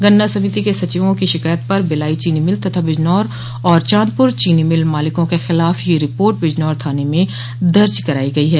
गन्ना समिति के सचिवों की शिकायत पर बिलाई चीनी मिल तथा बिजनौर और चॉदपुर चीनी मिल मालिकों के खिलाफ यह रिपोर्ट बिजनौर थाने में दर्ज करायी गई है